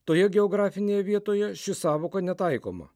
toje geografinėje vietoje ši sąvoka netaikoma